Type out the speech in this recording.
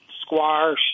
squash